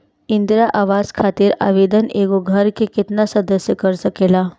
इंदिरा आवास खातिर आवेदन एगो घर के केतना सदस्य कर सकेला?